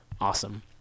Awesome